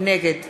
נגד